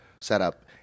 setup